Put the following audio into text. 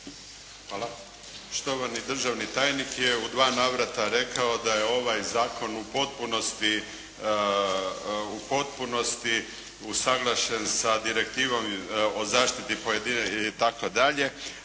Hvala. Štovani državni tajnik je u dva navrata rekao da je ovaj zakon u potpunosti usuglašen sa direktivom o zaštiti itd.